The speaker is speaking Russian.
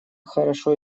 хорошо